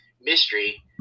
mystery